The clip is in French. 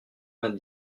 vingt